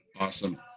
Awesome